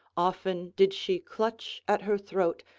often did she clutch at her throat,